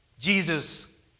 Jesus